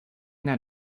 that